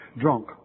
drunk